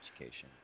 education